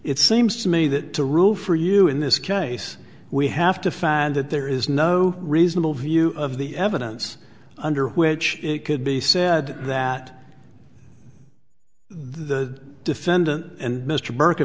it seems to me that to rule for you in this case we have to find that there is no reasonable view of the evidence under which it could be said that the defendant and mr